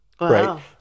right